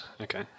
Okay